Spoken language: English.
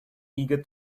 eager